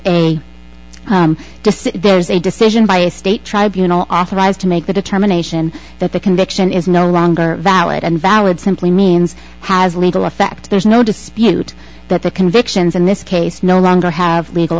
a there's a decision by a state tribunals authorized to make the determination that the conviction is no longer valid and valid simply means has legal effect there's no dispute that the convictions in this case no longer have legal